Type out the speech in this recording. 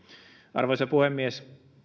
arvoisa puhemies